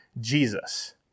Jesus